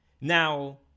Now